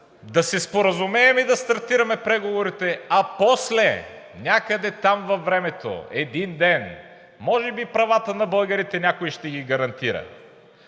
Да се споразумеем и да стартираме преговорите, а после някъде там във времето, един ден, може би правата на българите някой ще ги гарантира.